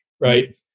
right